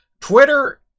Twitter